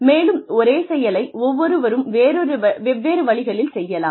மேலும் ஒரே செயலை ஒவ்வொருவரும் வெவ்வேறு வழிகளில் செய்வோம்